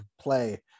play